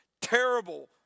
terrible